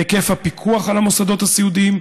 והיקף הפיקוח על המוסדות הסיעודיים,